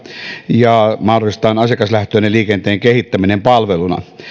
ja mahdollistetaan asiakaslähtöinen liikenteen kehittäminen palveluna